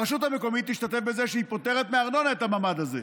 הרשות המקומית תשתתף בזה שהיא פוטרת מארנונה את הממ"ד הזה,